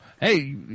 Hey